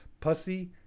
Pussy